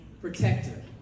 Protector